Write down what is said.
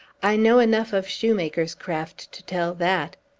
i know enough of shoemaker's craft to tell that.